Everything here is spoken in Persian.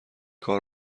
کار